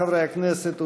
חברי הכנסת,